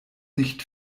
nicht